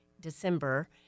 December